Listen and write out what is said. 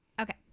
Okay